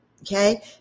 okay